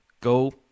go